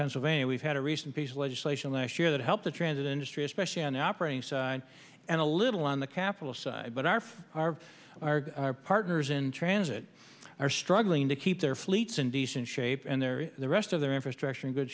pennsylvania we've had a recent piece of legislation last year that helped the transit industry especially on operating side and a little on the capital side but our our our our partners in transit are struggling to keep their leads in decent shape and there is the rest of their infrastructure in good